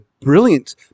brilliant